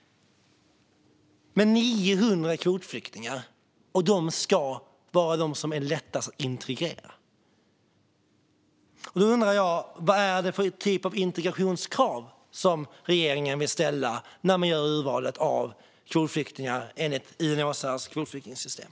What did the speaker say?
Men när det gäller 900 kvotflyktingar - och det ska vara de som är lättast att integrera - får det mig att undra: Vad är det för typ av integrationskrav som regeringen vill att man ska ställa när urvalet av kvotflyktingar görs enligt UNHCR:s kvotflyktingsystem?